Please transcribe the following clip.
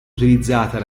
utilizzata